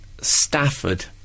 Stafford